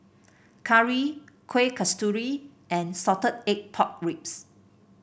curry Kueh Kasturi and Salted Egg Pork Ribs